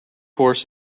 horse